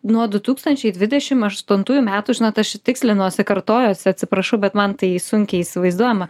nuo du tūkstančiai dvidešim aštuntųjų metų žinot aš tikslinuosi kartojuosi atsiprašau bet man tai sunkiai įsivaizduojama